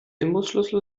imbusschlüssel